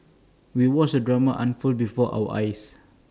we watched the drama unfold before our eyes